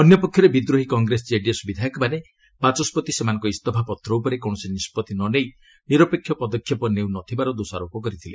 ଅନ୍ୟ ପକ୍ଷରେ ବିଦ୍ରୋହୀ କଂଗ୍ରେସ ଜେଡିଏସ୍ ବିଧାୟକମାନେ ବାଚସ୍କତି ସେମାନଙ୍କ ଇସଫାପତ୍ର ଉପରେ କୌଣସି ନିଷ୍ପଭି ନ ନେଇ ନିରପେକ୍ଷ ପଦକ୍ଷେପ ନେଉନଥିବାର ଦୋଷାରୋପ କରିଥିଲେ